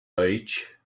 beach